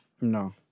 No